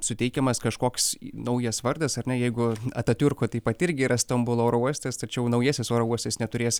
suteikiamas kažkoks naujas vardas ar ne jeigu atatiurko taip pat irgi yra stambulo oro uostas tačiau naujasis oro uostas neturės